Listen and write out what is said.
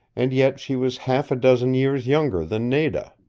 and yet she was half a dozen years younger than nada.